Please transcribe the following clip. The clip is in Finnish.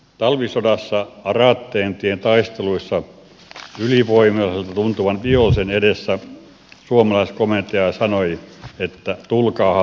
talvisodassa raatteentien taisteluissa ylivoimaiselta tuntuvan vihollisen edessä suomalaiskomentaja sanoi että tulkaahan perässä